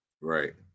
Right